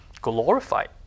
glorified